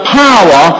power